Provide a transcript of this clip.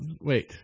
Wait